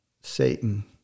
satan